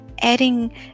adding